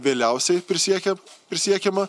vėliausiai prisiekia prisiekiama